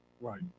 Right